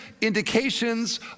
indications